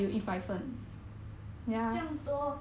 这样多